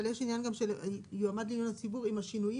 אבל יש עניין גם שיועמד לעיון הציבור עם השינויים.